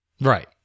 right